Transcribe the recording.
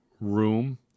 room